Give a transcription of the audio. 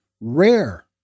rare